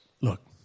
Look